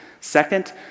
Second